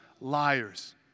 liars